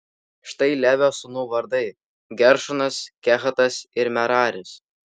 štai levio sūnų vardai geršonas kehatas ir meraris